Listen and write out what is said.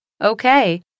Okay